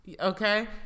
Okay